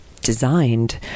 designed